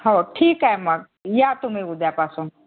हो ठीक आहे मग या तुम्ही उद्यापासून